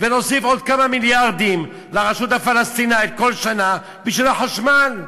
ונוסיף עוד כמה מיליארדים לרשות הפלסטינית כל שנה בשביל החשמל.